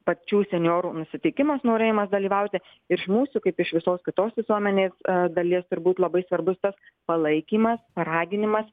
pačių senjorų nusiteikimas norėjimas dalyvauti ir iš mūsų kaip iš visos kitos visuomenės dalies turbūt labai svarbus tas palaikymas paraginimas